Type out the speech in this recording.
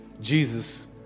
Jesus